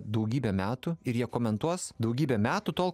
daugybę metų ir jie komentuos daugybę metų tol